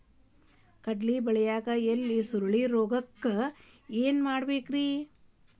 ಕಡ್ಲಿ ಬೆಳಿಯಾಗ ಎಲಿ ಸುರುಳಿರೋಗಕ್ಕ ಏನ್ ಮಾಡಬೇಕ್ರಿ?